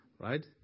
right